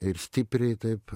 ir stipriai taip